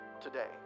today